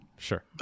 Sure